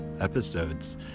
episodes